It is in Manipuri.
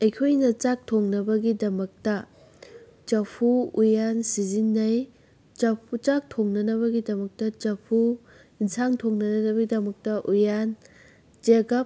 ꯑꯩꯈꯣꯏꯅ ꯆꯥꯛ ꯊꯣꯡꯅꯕꯒꯤꯗꯃꯛꯇ ꯆꯐꯨ ꯎꯌꯥꯟ ꯁꯤꯖꯤꯟꯅꯩ ꯆꯥꯛ ꯊꯣꯡꯅꯅꯕꯒꯤꯗꯃꯛꯇ ꯆꯐꯨ ꯏꯟꯁꯥꯡ ꯊꯣꯡꯅꯅꯕꯒꯤꯗꯃꯛꯇ ꯎꯌꯥꯟ ꯆꯦꯒꯞ